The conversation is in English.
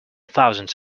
thousands